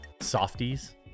softies